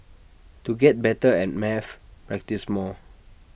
to get better at maths practise more